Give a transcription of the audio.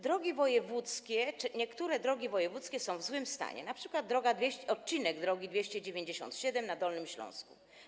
Drogi wojewódzkie czy niektóre drogi wojewódzkie są w złym stanie, np. odcinek drogi nr 297 na Dolnym Śląsku.